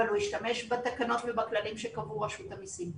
אבל הוא השתמש בתקנות ובכללים שקבעו רשות המסים.